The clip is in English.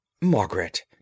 Margaret